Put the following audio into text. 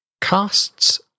casts